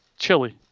Chili